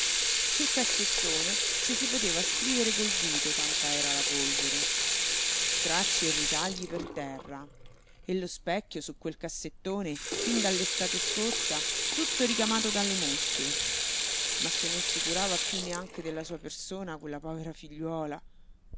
sul cassettone ci si poteva scrivere col dito tanta era la polvere stracci e l'uomo solo luigi pirandello ritagli per terra e lo specchio su quel cassettone fin dall'estate scorsa tutto ricamato dalle mosche ma se non si curava più neanche della sua persona quella povera figliuola